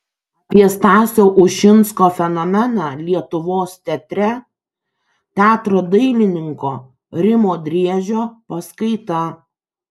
apie stasio ušinsko fenomeną lietuvos teatre teatro dailininko rimo driežio paskaita